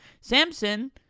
Samson